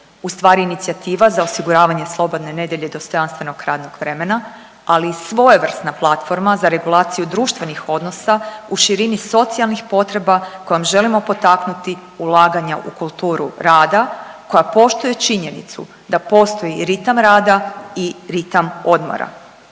ustvari inicijativa za osiguravanje slobodne nedjelje i dostojanstvenog radnog vremena, ali i svojevrsna platforma za regulaciju društvenih odnosa u širini socijalnih potreba kojom želimo potaknuti ulaganja u kulturu rada, koja poštuje činjenicu da postoji ritam rada i ritam odmora.